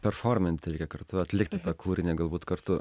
performinti reikia kartu atlikti tą kūrinį galbūt kartu